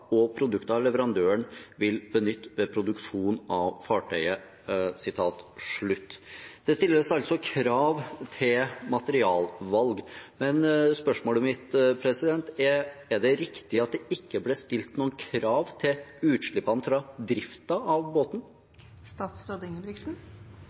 og produkter leverandøren vil benytte ved produksjon av fartøyet.» Det stilles altså krav til materialvalg. Men spørsmålet mitt er: Er det riktig at det ikke ble stilt noen krav til utslippene fra driften av